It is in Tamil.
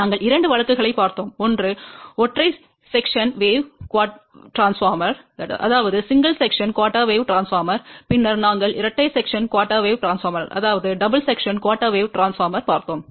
நாங்கள் இரண்டு வழக்குகளைப் பார்த்தோம் ஒன்று ஒற்றை பிரிவு கால் அலை மின்மாற்றி பின்னர் நாங்கள் இரட்டை பிரிவு கால் அலை மின்மாற்றி பார்த்தோம்